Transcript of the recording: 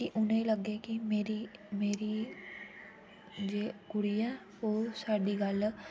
कि उनेंगी लग्गै कि मेरी मेरी जे कुड़ी ऐ ओह् साढ़ी गल्ल